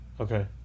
Okay